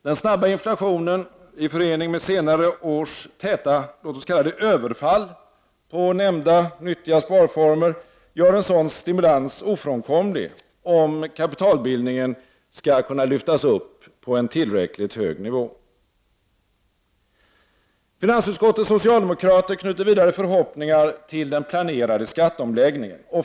Den snabba inflationen i förening med senare års täta — låt oss kalla det — överfall på dessa nyttiga sparformer gör sådan stimulans ofrånkomlig, om kapitalbildningen skall kunna lyftas upp på en tillräckligt hög nivå. Socialdemokraterna i finansutskottet knyter vidare förhoppningar till den planerade skatteomläggningen.